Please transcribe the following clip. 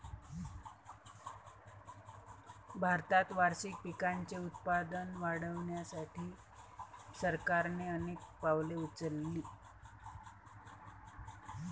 भारतात वार्षिक पिकांचे उत्पादन वाढवण्यासाठी सरकारने अनेक पावले उचलली